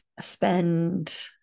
spend